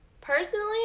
personally